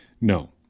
no